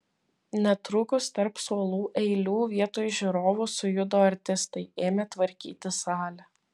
netrukus tarp suolų eilių vietoj žiūrovų sujudo artistai ėmė tvarkyti salę